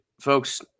folks